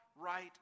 right